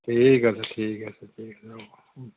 ঠিক আছে ঠিক আছে ঠিক আছে হ'ব